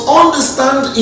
understand